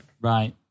Right